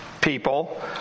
people